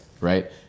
right